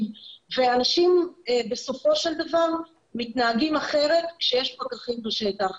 ואנשים בסופו של דבר מתנהגים אחרת כשיש פקחים בשטח.